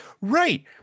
Right